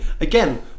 Again